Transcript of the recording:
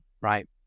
right